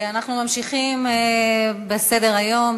אנחנו ממשיכים בסדר-היום.